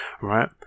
right